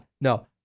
no